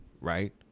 right